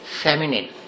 feminine